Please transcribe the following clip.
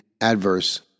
adverse